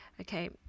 Okay